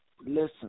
Listen